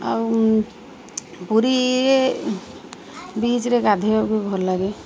ଆଉ ପୁରୀ ବିଚ୍ରେ ଗାଧୋଇବାକୁ ଭଲ ଲାଗେ